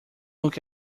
look